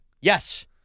Yes